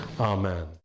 amen